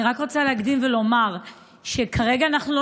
אני רק רוצה להקדים ולומר שכרגע אנחנו לא